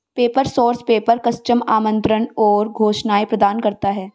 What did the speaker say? paper source paper, custom आमंत्रण और घोषणाएं प्रदान करता है